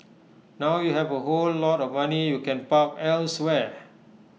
now you have A whole lot of money you can park elsewhere